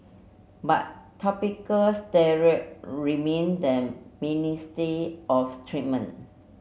but topical steroid remain the mainstay of treatment